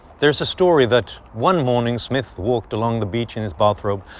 there is a story that one morning smith walked along the beach in his bathrobe,